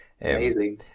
Amazing